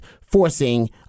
forcing